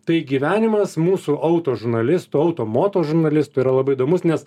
tai gyvenimas mūsų auto žurnalistų auto moto žurnalistų yra labai įdomus nes